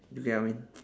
you get I mean